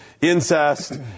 incest